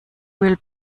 will